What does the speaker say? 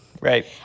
Right